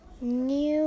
new